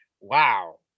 Wow